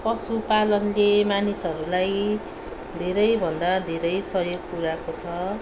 पशुपालनले मानिहरूलाई धेरैभन्दा धेरै सहयोग पुऱ्याएको छ